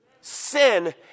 Sin